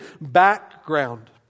background